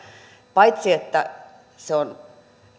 paitsi että se on